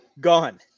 Gone